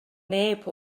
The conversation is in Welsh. neb